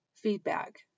feedback